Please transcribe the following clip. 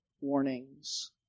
warnings